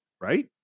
Right